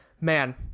man